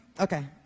Okay